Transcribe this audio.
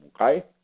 okay